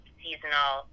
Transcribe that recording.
seasonal